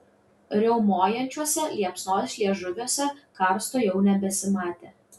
riaumojančiuose liepsnos liežuviuose karsto jau nebesimatė